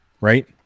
right